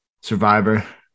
Survivor